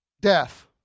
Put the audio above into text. death